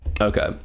okay